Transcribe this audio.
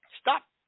Stop